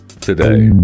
today